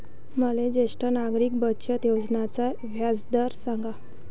मले ज्येष्ठ नागरिक बचत योजनेचा व्याजदर सांगा